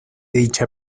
dicha